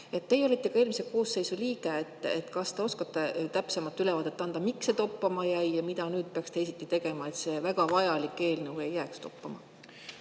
Teie olite ka eelmise koosseisu liige. Kas te oskate täpsemat ülevaadet anda, miks see toppama jäi? Mida peaks nüüd teisiti tegema, et see väga vajalik eelnõu ei jääks toppama?